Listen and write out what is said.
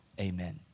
amen